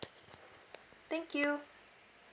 thank you